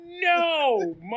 No